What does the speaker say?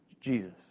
Jesus